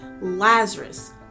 Lazarus